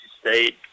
State